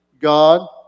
God